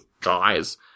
guys